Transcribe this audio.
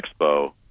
expo